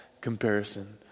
comparison